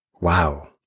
wow